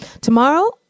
Tomorrow